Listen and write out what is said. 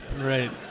Right